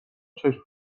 چشم